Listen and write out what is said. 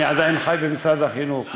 אני עדיין חי במשרד החינוך,